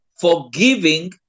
forgiving